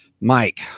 Mike